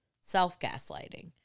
self-gaslighting